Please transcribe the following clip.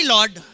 Lord